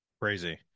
crazy